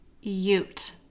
ute